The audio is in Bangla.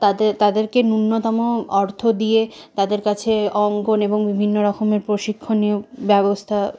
তাদের তাদেরকে নুন্যতম অর্থ দিয়ে তাদের কাছে অঙ্কন এবং বিভিন্ন রকমের প্রশিক্ষণীয় ব্যবস্থা